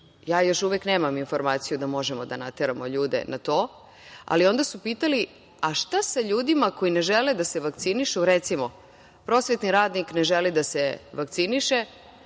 Ja još uvek nemam informaciju da možemo da nateramo ljude na to. Ali, onda su pitali - a šta sa ljudima koji ne žele da se vakcinišu, recimo, prosvetni radnik ne želi da se vakciniše,